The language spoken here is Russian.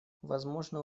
возможно